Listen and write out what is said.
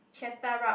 rub